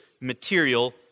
Material